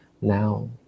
now